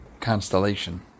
constellation